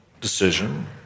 decision